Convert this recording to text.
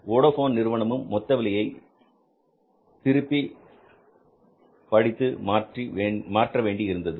Vodafone நிறுவனமும் மொத்த விலை முறையை திருப்பி படித்து மாற்ற வேண்டி இருந்தது